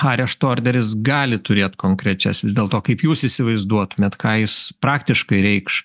arešto orderis gali turėt konkrečias vis dėlto kaip jūs įsivaizduotumėt ką jis praktiškai reikš